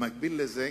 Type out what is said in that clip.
במקביל לזה,